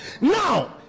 Now